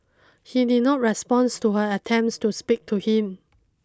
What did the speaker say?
he did not responds to her attempts to speak to him